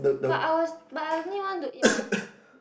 but I was but I only want to eat my